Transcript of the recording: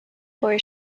boy